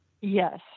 Yes